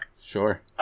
Sure